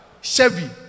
Chevy